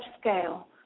scale